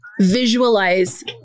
Visualize